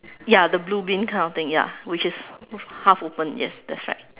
ya the blue bin kind of thing ya which is half opened yes that's right